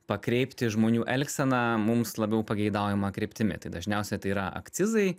pakreipti žmonių elgseną mums labiau pageidaujama kryptimi tai dažniausia tai yra akcizai